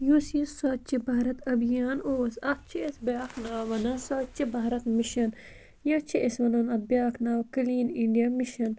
یُس یہِ سۄچہِ بھارت أبھیان اوس اَتھ چھِ أسۍ بیاکھ ناو وَنان سۄچہِ بھارَت مِشَن یا چھِ أسۍ وَنان اَتھ بیاکھ ناو کٕلیٖن اِنڈیا مِشَن